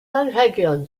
anrhegion